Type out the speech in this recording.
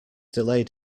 delayed